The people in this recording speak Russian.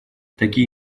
такие